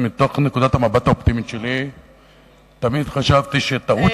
מתוך נקודת המבט האופטימית שלי תמיד חשבתי שטעות